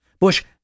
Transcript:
Bush